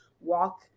walk